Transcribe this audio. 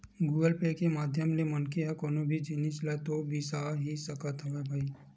Google Pay के माधियम ले मनखे ह कोनो भी जिनिस ल तो बिसा ही सकत हवय भई